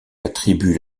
attribue